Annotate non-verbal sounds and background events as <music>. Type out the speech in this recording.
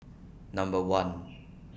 Number one <noise>